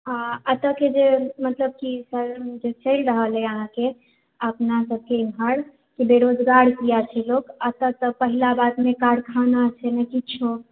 आ एतयके जे मतलबकि सर जे छै जे चलि रहलहै अपनासबके हाल जे बेरोजगार किया छै लोक एतय तऽ पहिला बात कारखाना छै नहि किछो